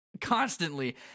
constantly